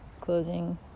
closing